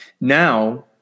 Now